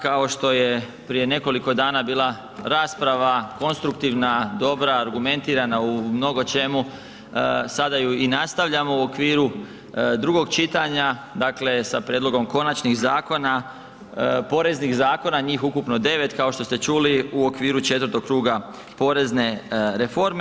Kao što je prije nekoliko dana bila rasprava konstruktivna, dobra, argumentirana u mnogo čemu sada ju i nastavljamo u okviru drugog čitanja sa prijedlogom konačnih zakona, poreznih zakona, njih ukupno 9 kao što ste čuli u okviru 4. kruga porezne reforme.